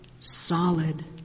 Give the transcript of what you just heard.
solid